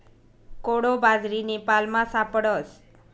कोडो बाजरी नेपालमा सापडस